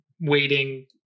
waiting